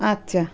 আচ্ছা